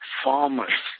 farmers